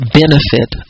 benefit